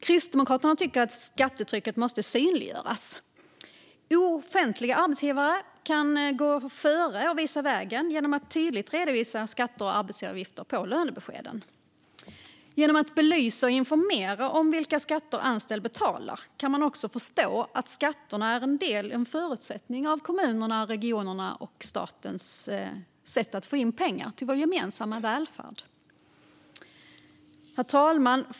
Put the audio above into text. Kristdemokraterna tycker att skattetrycket måste synliggöras. Offentliga arbetsgivare kan gå före och visa vägen genom att tydligt redovisa skatter och arbetsgivaravgifter på lönebeskeden. Genom att belysa och informera om vilka skatter anställda betalar kan man också förstå att skatterna är en del i en förutsättning för kommunernas, regionernas och statens sätt att få in pengar till vår gemensamma välfärd. Herr talman!